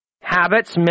habits